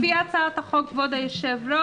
לפי הצעת החוק, כבוד היושב-ראש,